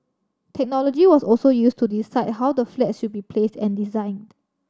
technology was also used to decide how the flats should be placed and designed